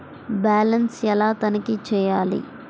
Balance ఎలా తనిఖీ చేయాలి?